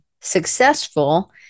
successful